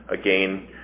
again